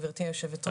גבירתי היושבת-ראש.